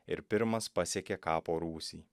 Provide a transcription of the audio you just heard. ir pirmas pasiekė kapo rūsį